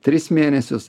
tris mėnesius